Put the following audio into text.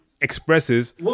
expresses